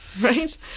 right